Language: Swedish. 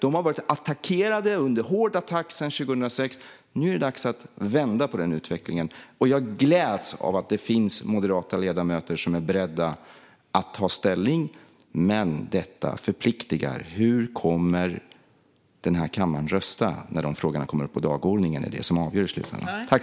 De har varit under hård attack sedan 2006. Nu är det dags att vända den utvecklingen. Jag gläds åt att det finns moderata ledamöter som är beredda att ta ställning, men detta förpliktar. Hur kommer denna kammare att rösta när dessa frågor kommer upp på dagordningen? Det är det som avgör i slutändan.